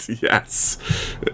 Yes